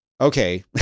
Okay